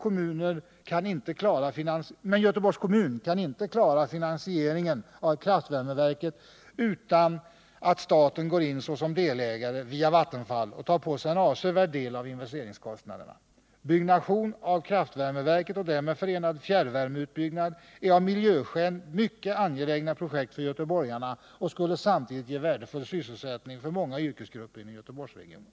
Men Göteborgs kommun kan inte klara finansieringen av kraftvärmeverket utan att staten går in såsom delägare, via Vattenfall, och tar på sig en avsevärd del av investeringskostnaderna. Byggnation av kraftvärmeverket och därmed förenad fjärrvärmeutbyggnad är av miljöskäl mycket angelägna projekt för göteborgarna och skulle samtidigt ge värdefull sysselsättning för många yrkesgrupper inom Göteborgsregionen.